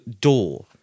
door